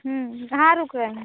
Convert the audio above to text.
हाँ रुक रहे हैं